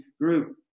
group